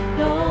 no